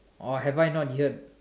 or have I not heared